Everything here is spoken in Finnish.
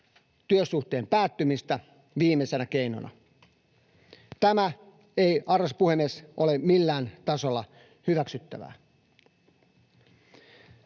työsuhteen päättymistä viimeisenä keinona. Tämä ei, arvoisa puhemies, ole millään tasolla hyväksyttävää.